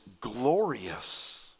glorious